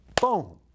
boom